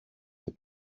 και